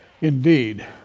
Indeed